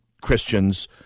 Christians